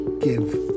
give